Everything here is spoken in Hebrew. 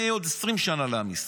מה יהיה בעוד 20 שנה לעם ישראל.